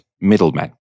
middlemen